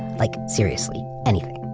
like seriously, anything.